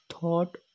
thought